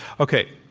okay.